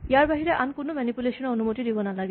ইয়াৰ বাহিৰে আন কোনো মেনিপুলেচন ৰ অনুমতি দিব নালাগে